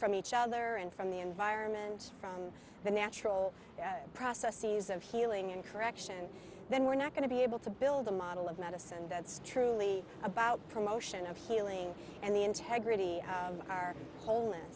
from each other and from the environment from the natural processes of healing and correction then we're not going to be able to build a model of medicine that's truly about promotion of healing and the integrity